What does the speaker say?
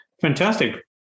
fantastic